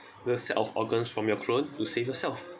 the set of organs from your clone to save yourself